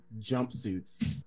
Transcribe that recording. jumpsuits